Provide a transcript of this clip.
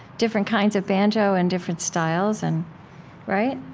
different kinds of banjo and different styles and right?